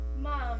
Mom